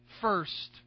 first